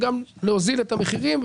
להוזיל את המחירים.